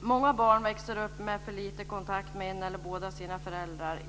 Många barn växer upp med för lite kontakt med en av eller båda sina föräldrar.